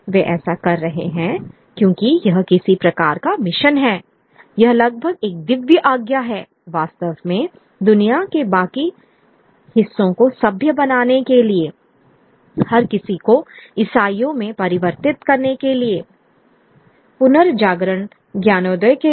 वे ऐसा कर रहे हैं क्योंकि यह किसी प्रकार का मिशन है यह लगभग एक दिव्य आज्ञा है वास्तव में दुनिया के बाकी हिस्सों को सभ्य बनाने के लिए हर किसी को ईसाइयों में परिवर्तित करने के लिए पुनर्जागरणज्ञानोदय के लिए